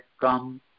come